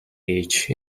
each